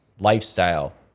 lifestyle